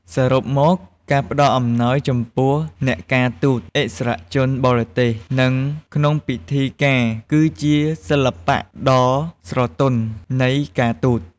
សរុបមក ការផ្តល់អំណោយចំពោះអ្នកការទូត ឥស្សរជនបរទេស និងក្នុងពិធីការ គឺជា សិល្បៈដ៏ស្រទន់នៃការទូត។